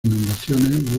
inundaciones